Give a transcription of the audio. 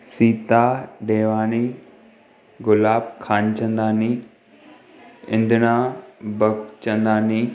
Sita Devani Gulab Khanchandani Indra Bhagchandani